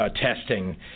testing